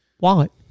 wallet